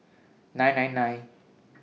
nine nine nine